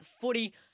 footy